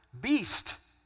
beast